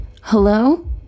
Hello